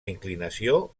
inclinació